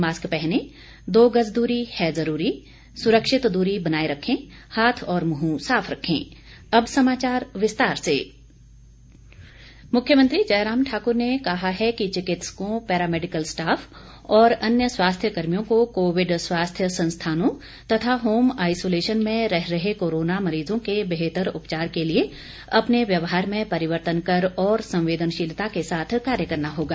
mask पहनें दो गज दूरी है जरूरी सुरक्षित दूरी बनाये रखें हाथ और मुंह साफ रखें जयराम ठाकुर मुख्यमंत्री जयराम ठाकुर ने कहा है कि चिकित्सकों पैरामेडिकल स्टाफ और अन्य स्वास्थ्य कर्मियों को कोविड स्वास्थ्य संस्थानों तथा होम आईसोलेशन में रह रहे कोरोना मरीजों के बेहतर उपचार के लिए अपने व्यवहार में परिवर्तन कर और संवेदनशीलता के साथ कार्य करना होगा